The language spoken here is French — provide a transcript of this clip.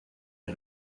est